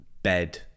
Bed